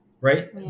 right